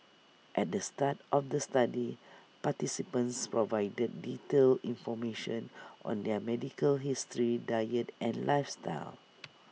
at the start of the study participants provided detailed information on their medical history diet and lifestyle